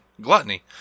gluttony